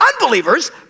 unbelievers